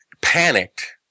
panicked